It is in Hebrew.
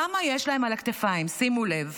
כמה יש על הכתפיים, שימו לב.